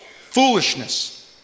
Foolishness